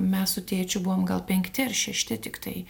mes su tėčiu buvom gal penkti ar šešti tiktai